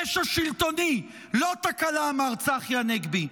פשע שלטוני, לא תקלה, מר צחי הנגבי.